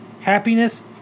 happiness